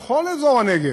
וכך גם בכל אזור הנגב,